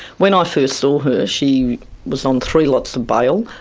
when i first saw her she was on three lots of bail.